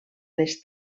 les